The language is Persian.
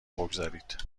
بگذارید